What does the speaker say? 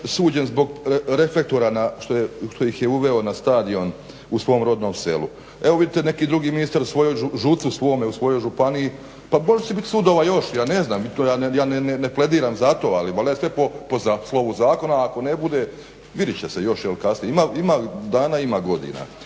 suđen zbog reflektora što ih je uveo na stadion u svom rodnom selu. Evo vidite neki drugi ministar svojoj ŽUC-u svome u svojoj županiji. Pa možda će bit sudova još, ja ne znam i to ne plediram za to, ali valjda je sve po slovu zakona. Ako ne bude vidjet će se još kasnije. Ima dana, ima godina.